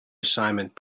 assignment